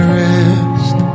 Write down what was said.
rest